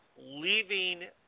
Leaving